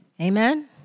Amen